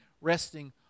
resting